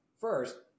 first